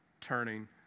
turning